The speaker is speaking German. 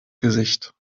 gesicht